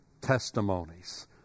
testimonies